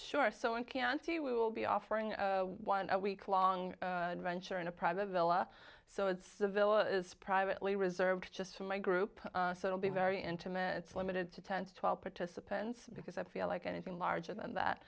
shore so i can see we will be offering one week long venture in a private villa so it's the villa is privately reserved just for my group will be very intimate it's limited to ten to twelve participants because i feel like anything larger than that